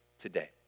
today